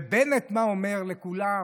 ובנט, מה הוא אומר לכולם?